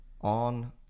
on